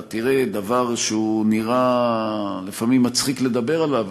אתה תראה דבר שלפעמים נראה מצחיק לדבר עליו,